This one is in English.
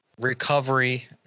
recovery